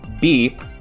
Beep